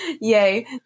Yay